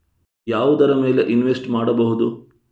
ಯಾವುದರ ಮೇಲೆ ಇನ್ವೆಸ್ಟ್ ಮಾಡಬಹುದು?